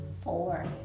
four